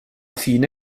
fine